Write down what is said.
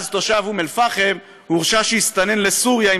שאז תושב אום אלפחם הורשע כשהסתנן לסוריה עם